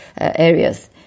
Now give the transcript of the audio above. areas